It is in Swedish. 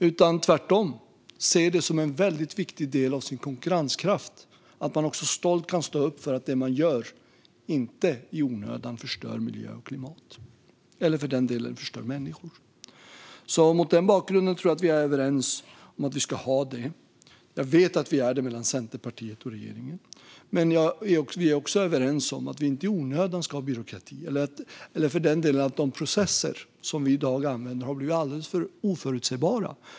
De ser det tvärtom som en väldigt viktig del av sin konkurrenskraft. De kan stolt stå upp för att det de gör inte i onödan förstör miljö och klimat eller för den delen människor. Mot den bakgrunden tror jag att vi är överens om att det är så vi ska ha det. Jag vet att vi är det mellan Centerpartiet och regeringen. Vi är också överens om att vi inte i onödan ska ha byråkrati eller att de processer som vi i dag använder ska bli alldeles för oförutsägbara.